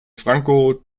franco